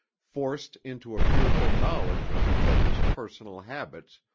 forced into a fearful knowledge of each other's personal habits,